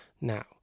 Now